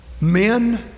Men